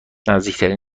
نزدیکترین